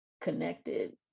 connected